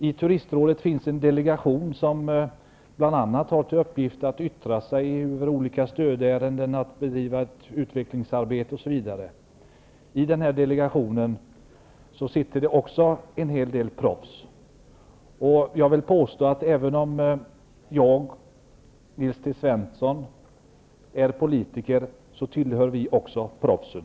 I Turistrådet finns en delegation som bl.a. har till uppgift att yttra sig över olika stödärenden, att bedriva utvecklingsarbete, m.m. I den här delegationen sitter det också en hel del proffs. Jag vill påstå att även om jag och Nils T Svensson är politiker, tillhör vi också proffsen.